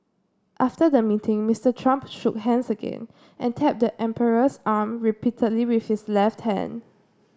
after the meeting Mister Trump shook hands again and tapped the emperor's arm repeatedly with his left hand